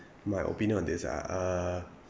my opinion on this ah uh